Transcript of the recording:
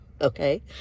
Okay